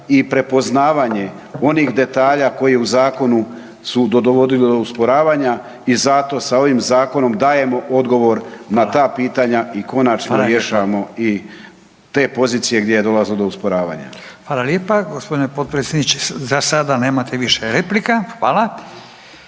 i prepoznavanje onih detalja koje u zakonu su dovodili do usporavanja i zato sa ovim zakonom dajemo odgovor na ta pitanja i konačno rješavamo i te pozicije gdje dolazi do usporavanja. **Radin, Furio (Nezavisni)** Hvala lijepa, g. potpredsjedniče, zasada nemate više replika, hvala.